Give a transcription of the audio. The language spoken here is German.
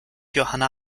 johanna